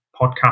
podcast